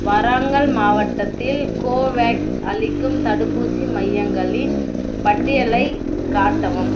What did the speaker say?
வராங்கல் மாவட்டத்தில் கோவேக்ஸ் அளிக்கும் தடுப்பூசி மையங்களின் பட்டியலைக் காட்டவும்